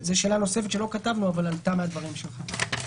זאת שאלה נוספת שלא כתבנו אבל עלתה מהדברים שלך.